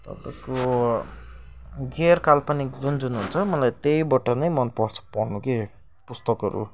तपाईँको गैरकाल्पनिक जुन जुन हुन्छ मलाई त्यहीबट नै मनपर्छ पढ्नु के पुस्तकहरू